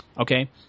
okay